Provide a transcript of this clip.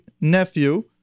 nephew